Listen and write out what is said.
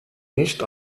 nicht